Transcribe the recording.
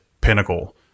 Pinnacle